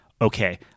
okay